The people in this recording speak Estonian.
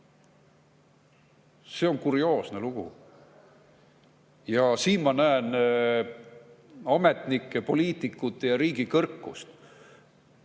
See on kurioosne lugu. Ja siin ma näen ametnike, poliitikute ja riigi kõrkust,